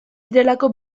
direlako